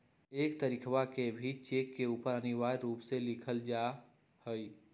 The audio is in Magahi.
एक तारीखवा के भी चेक के ऊपर अनिवार्य रूप से लिखल जाहई